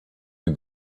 you